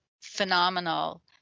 phenomenal